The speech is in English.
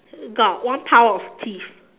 got one pile of teeth